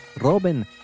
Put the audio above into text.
Robin